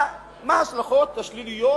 מה ההשלכות השליליות